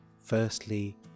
firstly